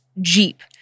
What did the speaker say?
Jeep